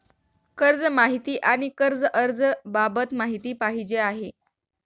कर्ज माहिती आणि कर्ज अर्ज बाबत माहिती पाहिजे आहे